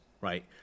right